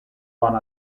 bon